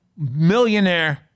millionaire